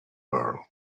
pearl